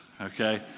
Okay